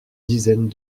dizaines